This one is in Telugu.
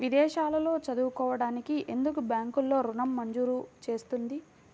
విదేశాల్లో చదువుకోవడానికి ఎందుకు బ్యాంక్లలో ఋణం మంజూరు చేస్తుంది?